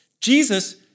Jesus